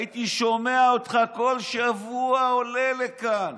הייתי שומע אותך בכל שבוע עולה לכאן